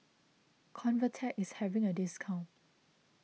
Convatec is having a discount